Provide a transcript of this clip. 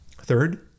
Third